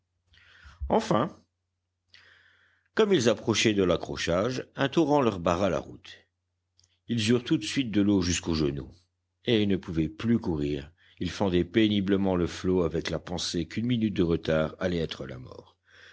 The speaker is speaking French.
enfin comme ils approchaient de l'accrochage un torrent leur barra la route ils eurent tout de suite de l'eau jusqu'aux genoux et ils ne pouvaient plus courir ils fendaient péniblement le flot avec la pensée qu'une minute de retard allait être la mort